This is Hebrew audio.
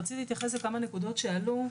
רציתי להתייחס לכמה נקודות שעלו,